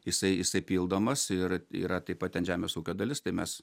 jisai jisai pildomas ir yra taip pat ten žemės ūkio dalis tai mes